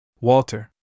Walter